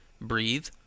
breathe